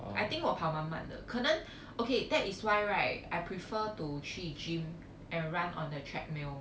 I think 我跑慢慢的可能 okay that is why right I prefer to 去 gym and run on the treadmill